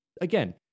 again